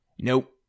Nope